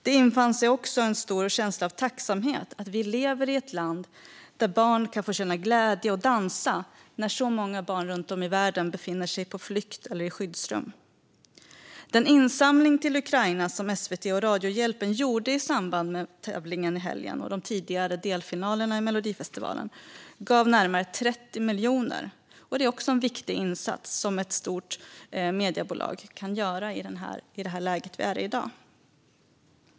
Det infann sig också en stor känsla av tacksamhet för att vi lever i ett land där barn kan få känna glädje och dansa när så många barn runt om i världen befinner sig på flykt eller i skyddsrum. Den insamling till Ukraina som SVT och Radiohjälpen gjorde i samband med tävlingen i helgen och de tidigare delfinalerna i Melodifestivalen gav närmare 30 miljoner. Det är också en viktig insats som ett stort mediebolag kan göra i det läge vi i dag är i.